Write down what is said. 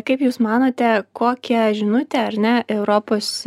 kaip jūs manote kokią žinutę ar ne europos